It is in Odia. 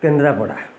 କେନ୍ଦ୍ରାପଡ଼ା